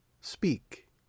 Speak